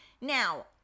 Now